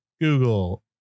Google